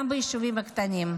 גם ביישובים הקטנים,